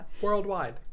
worldwide